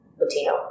Latino